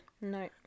No